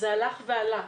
זה הלך ועלה.